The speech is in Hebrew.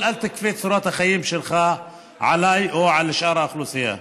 אבל אל תכפה את צורת החיים שלך עליי או על שאר האוכלוסייה.